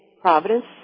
Providence